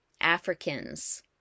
Africans